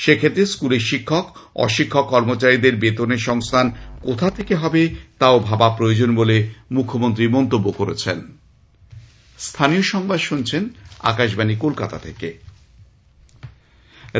সে ক্ষেত্রে স্কুলের শিক্ষক অশিক্ষক কর্মচারীদের বেতনের সংস্থান কোথা থেকে হবে তাও ভাবা প্রয়োজন বলে মুখ্যমন্ত্রী মন্তব্য করেছেন